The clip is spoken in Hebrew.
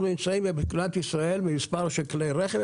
נמצאים במדינת ישראל עם מספר של כלי רכב,